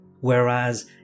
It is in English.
Whereas